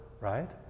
right